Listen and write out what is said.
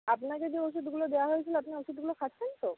আপনাকে যে ওষুধগুলো দেওয়া হয়েছিল আপনি ওষুধগুলো খাচ্ছেন তো